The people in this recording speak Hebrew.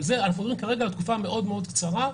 אנחנו מדברים כרגע על תקופה מאוד מאוד קצרה,